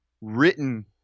written